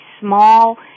small